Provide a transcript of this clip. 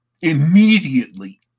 immediately